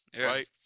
Right